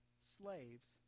slaves